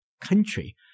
country